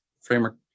framework